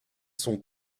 sont